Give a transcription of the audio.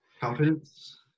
Confidence